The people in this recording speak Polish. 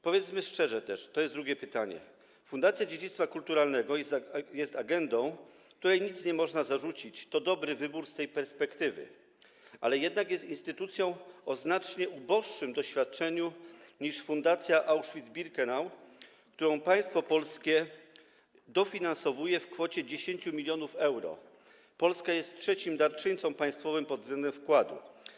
Powiedzmy szczerze też, to będzie drugie pytanie, że Fundacja Dziedzictwa Kulturowego jest agendą, której nic nie można zarzucić, to dobry wybór z tej perspektywy, ale jednak jest instytucją o znacznie uboższym doświadczeniu niż Fundacja Auschwitz-Birkenau, którą państwo polskie dofinansowuje w kwocie 10 mln euro - Polska jest trzecim darczyńcą państwowym pod względem wkładu.